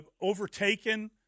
overtaken